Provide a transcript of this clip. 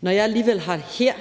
Når jeg alligevel her har